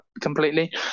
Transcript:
completely